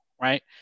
right